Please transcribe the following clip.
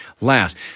Last